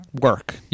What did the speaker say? work